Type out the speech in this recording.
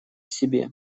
себе